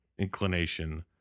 inclination